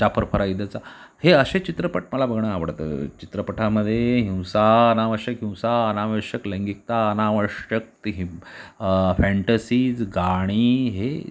जाफर फरायदचा हे असे चित्रपट मला बघणं आवडतं चित्रपटामध्ये हिंसा अनावश्यक हिंसा अनावश्यक लैंगिकता अनावश्यक ती ही फँटसीज गाणी हे